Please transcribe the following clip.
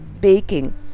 baking